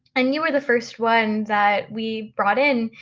and you were the first one that we brought in,